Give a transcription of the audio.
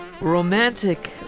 romantic